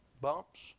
Bumps